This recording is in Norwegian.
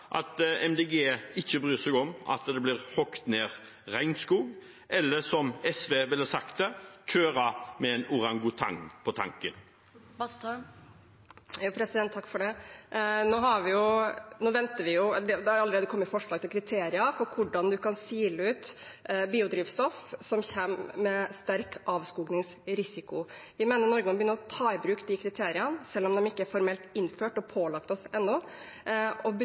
at Miljøpartiet De Grønne ikke bryr seg om at det blir hugd ned regnskog, eller som SV ville sagt det – at man kjører med en orangutang på tanken? Det er allerede kommet forslag til kriterier for hvordan man kan sile ut biodrivstoff som kommer med sterk avskogingsrisiko. Vi mener Norge må begynne å ta i bruk de kriteriene, selv om de ikke er formelt innført og pålagt oss ennå, og